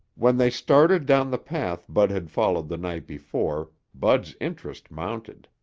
when they started down the path bud had followed the night before, bud's interest mounted.